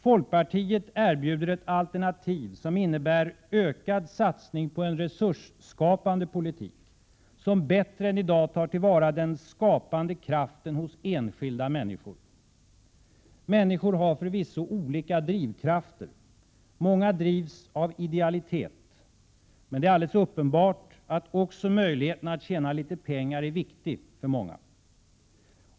Folkpartiet erbjuder ett alternativ som innebär ökad satsning på en resursskapande politik, som bättre än i dag tar till vara den skapande kraften hos enskilda människor. Människor har förvisso olika drivkrafter. Många drivs av idealitet, men det är alldeles uppenbart att också möjligheten att tjäna litet pengar är viktig för många.